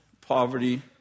poverty